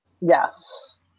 Yes